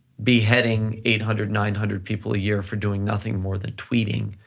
beheading eight hundred, nine hundred people a year for doing nothing more than tweeting,